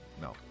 no